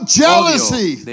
jealousy